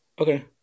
Okay